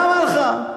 אמרתי: בממשלה הקודמת.